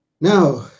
Now